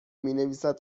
مینویسد